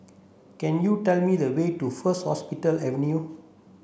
can you tell me the way to First Hospital Avenue